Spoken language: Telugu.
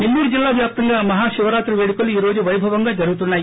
నెల్లూరు జిల్లా వ్యాప్తంగా మహాశివరాత్రి పేడుకలు ఈ రోజు పైభవంగా జరుగుతున్నాయి